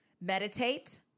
meditate